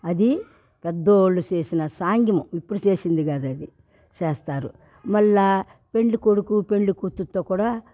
అది పెద్దోళ్ళు శేసిన సాంగ్యము ఇప్పుడు శేసింది కాదది చేస్తారు మళ్ళ పెండ్లి కొడుకు పెండ్లి కూతురుతో కూడా